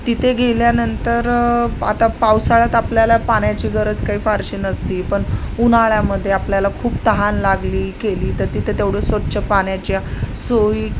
तिथे गेल्यानंतर आता पावसाळ्यात आपल्याला पाण्याची गरज काही फारशी नसती पण उन्हाळ्यामध्ये आपल्याला खूप तहान लागली केली तर तिथे तेवढं स्वच्छ पाण्याच्या सोयी